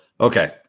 okay